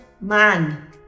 man